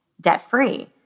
debt-free